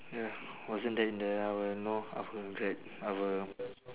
ya wasn't that in the our know our grad~ our